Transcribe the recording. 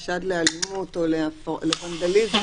בוודאי.